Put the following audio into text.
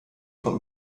vom